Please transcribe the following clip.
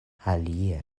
alie